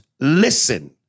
Listen